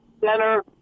center